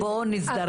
ולסיום,